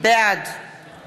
בעד